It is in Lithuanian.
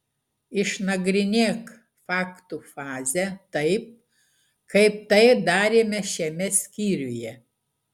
išnagrinėk faktų fazę taip kaip tai darėme šiame skyriuje